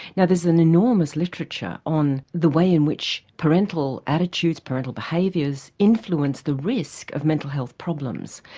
now there's an enormous literature on the way in which parental attitudes, parental behaviours influence the risk of mental health problems.